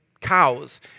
cows